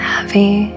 Heavy